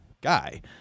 guy